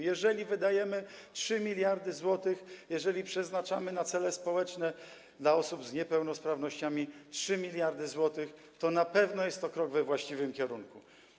Jeżeli wydajemy 3 mld zł, jeżeli przeznaczamy na cele społeczne, dla osób z niepełnosprawnościami 3 mld zł, to na pewno jest to krok we właściwym kierunku.